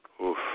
Oof